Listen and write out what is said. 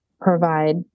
provide